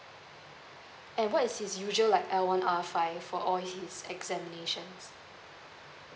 and what is his usual like L_one R_five for all his examinations